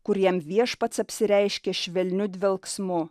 kur jam viešpats apsireiškė švelniu dvelksmu